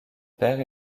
père